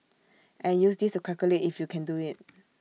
and use this to calculate if you can do IT